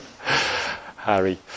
Harry